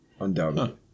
Undoubtedly